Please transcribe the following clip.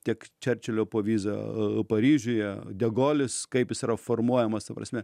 tiek čerčilio povyza paryžiuje de golis kaip jis yra formuojamas ta prasme